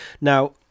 Now